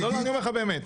לא.